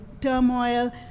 turmoil